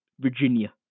Virginia